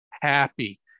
happy